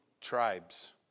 tribes